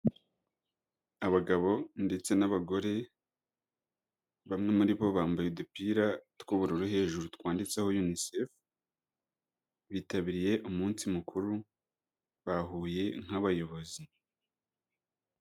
Abagabo ndetse n'abagore bamwe muri bo bambaye udupira tw'ubururu hejuru twanditseho Unicef, bitabiriye umunsi mukuru bahuye nk'abayobozi.